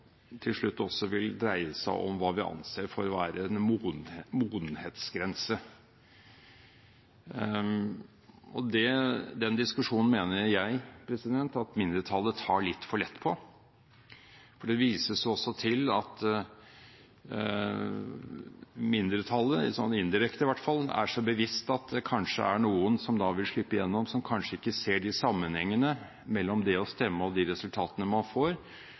til slutt også vil dreie seg om hva vi anser for å være en modenhetsgrense. Den diskusjonen mener jeg mindretallet tar litt for lett på. For det vises jo også til at mindretallet, i hvert fall indirekte, er seg bevisst at det kanskje er noen som da vil slippe gjennom, som kanskje ikke ser de sammenhengene mellom det å stemme og de resultatene man får,